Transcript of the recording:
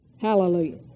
Hallelujah